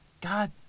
God